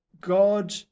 God